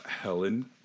Helen